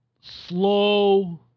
slow